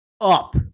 Up